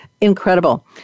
incredible